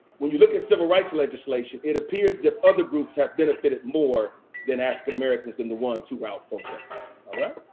when you look at civil rights legislation, it appears as if other groups have benefited more than african americans and the ones who are out protesting.